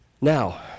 Now